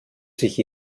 sich